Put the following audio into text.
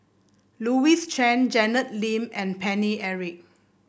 Louis Chen Janet Lim and Paine Eric